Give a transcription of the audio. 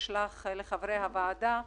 שנשלח לחברי הוועדה,